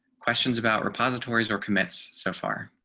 questions about repositories or commits so far.